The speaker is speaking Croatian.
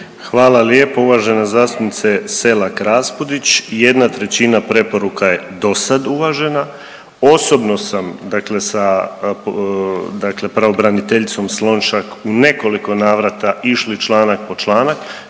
Hvala lijepo uvažena zastupnice Selak Raspudić, 1/3 preporuka je dosad uvažena. Osobno sam dakle sa dakle pravobraniteljicom Slonšak u nekoliko navrata išli članak po članak.